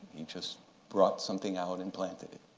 he just brought something out and planted it.